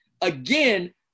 again